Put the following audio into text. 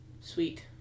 Sweet